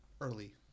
early